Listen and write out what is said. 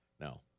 no